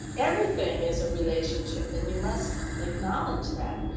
everything is a relationship and you must acknowledge that.